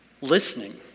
Listening